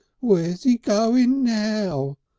where's he going now?